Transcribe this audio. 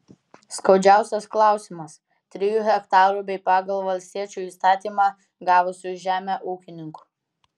skaudžiausias klausimas trijų hektarų bei pagal valstiečių įstatymą gavusių žemę ūkininkų